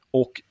och